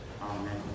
Amen